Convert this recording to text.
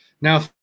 now